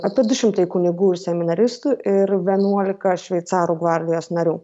apie du šimtai kunigų ir seminaristų ir vienuolika šveicarų gvardijos narių